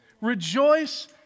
rejoice